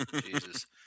Jesus